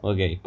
Okay